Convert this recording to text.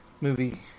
movie